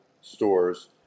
stores